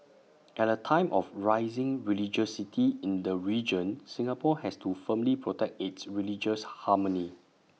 at A time of rising religiosity in the region Singapore has to firmly protect its religious harmony